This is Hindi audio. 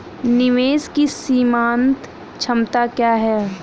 निवेश की सीमांत क्षमता क्या है?